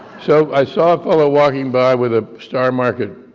so i saw a fellow walking by with a star market